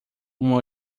uma